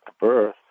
birth